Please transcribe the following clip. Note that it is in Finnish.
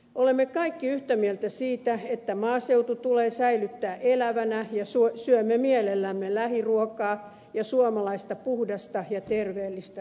olemme kaikki yhtä mieltä siitä että maaseutu tulee säilyttää elävänä ja syömme mielellämme lähiruokaa ja suomalaista puhdasta ja terveellistä ruokaa